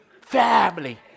family